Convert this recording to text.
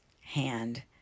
hand